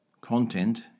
Content